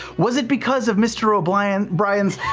was it because of mr. o'blien's brian's